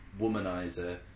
womanizer